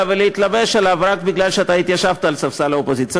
ולהתלבש עליו רק בגלל שאתה התיישבת על ספסל האופוזיציה.